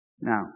Now